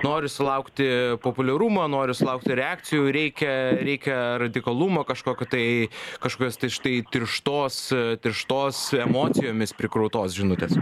nori sulaukti populiarumo nori sulaukti reakcijų reikia reikia radikalumo kažkokio tai kažkokios tai štai tirštos tirštos emocijomis prikrautos žinutės